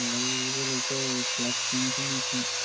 ꯂꯩꯔꯤꯕ ꯂꯩꯀꯥꯏ ꯀ꯭ꯂꯞꯁꯤꯡꯁꯤꯅꯁꯨ